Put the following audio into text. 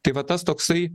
tai va tas toksai